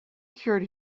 cured